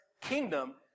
kingdom